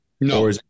No